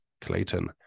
Clayton